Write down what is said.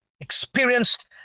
experienced